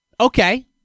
Okay